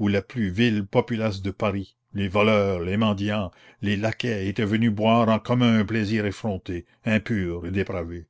où la plus vile populace de paris les voleurs les mendiants les laquais étaient venus boire en commun un plaisir effronté impur et dépravé